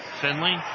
Finley